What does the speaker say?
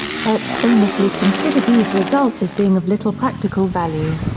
hertz famously considered these results as being of little practical value.